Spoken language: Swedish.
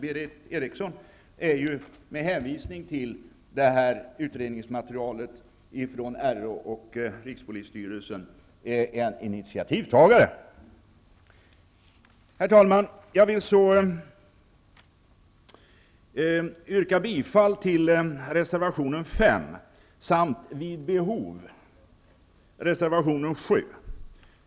Berith Eriksson är ju, efter sin hänvisning till utredningsmaterialet från RÅ och rikspolisstyrelsen, en initiativtagare. Herr talman! Jag vill yrka bifall till reservationen 5 samt vid behov till reservationen 7.